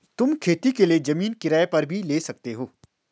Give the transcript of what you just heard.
तुम खेती के लिए जमीन किराए पर भी ले सकते हो